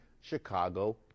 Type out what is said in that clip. Chicago